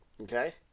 Okay